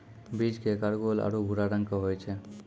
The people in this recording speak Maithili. बीज के आकार गोल आरो भूरा रंग के होय छै